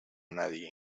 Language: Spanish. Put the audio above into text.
nadie